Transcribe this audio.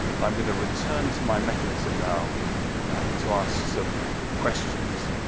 and i'm gonna return to my mechanism now to ask some questions.